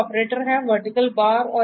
OR है और